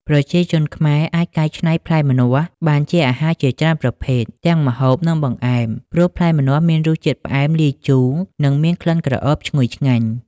ប្រជាជនខ្មែរអាចកែច្នៃផ្លែម្នាស់បានជាអាហារជាច្រើនប្រភេទ ទាំងម្ហូប និងបង្អែម ព្រោះផ្លែម្នាស់មានរសជាតិផ្អែមលាយជូរ និងមានក្លិនក្រអូបឈ្ងុយឆ្ងាញ់។